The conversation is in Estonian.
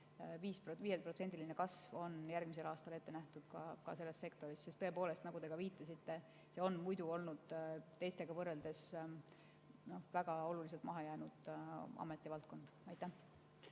kasv on järgmisel aastal ette nähtud ka selles sektoris, sest tõepoolest, nagu te viitasite, see on olnud teistega võrreldes väga olulisel määral maha jäänud valdkond. Aitäh!